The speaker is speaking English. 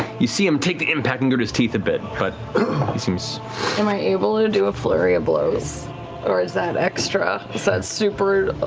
you see him take the impact and grit his teeth a bit but he seems. marisha am i able to do a flurry of blows or is that extra, is that super